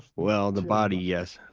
well, the body, yes.